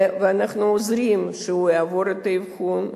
ואנחנו עוזרים שהוא יעבור את האבחון.